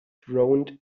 droned